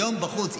היום בחוץ,